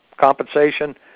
compensation